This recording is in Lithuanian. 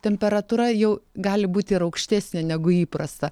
temperatūra jau gali būti ir aukštesnė negu įprasta